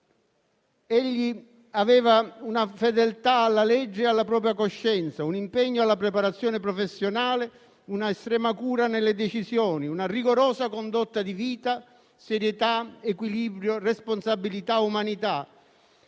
Egli aveva una fedeltà alla legge e alla propria coscienza, un impegno alla preparazione professionale, un'estrema cura nelle decisioni, una rigorosa condotta di vita, serietà, equilibrio, responsabilità, umanità,